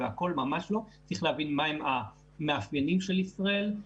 אלא צריך להבין מהם המאפיינים של ישראל,